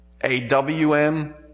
A-W-M